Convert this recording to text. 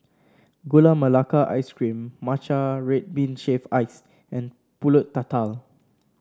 Gula Melaka Ice Cream Matcha Red Bean Shaved Ice and pulut tatal